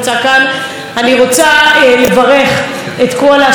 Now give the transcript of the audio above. אני רוצה לברך את כל הסטודנטיות והסטודנטים